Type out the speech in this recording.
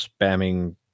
spamming